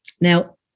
Now